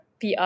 PR